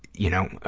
you know,